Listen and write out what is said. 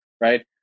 right